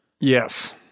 Yes